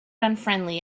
unfriendly